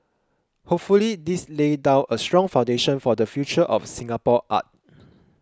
hopefully this lays down a strong foundation for the future of Singapore art